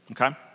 Okay